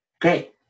Great